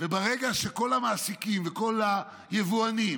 וברגע שכל המעסיקים וכל היבואנים